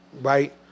Right